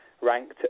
ranked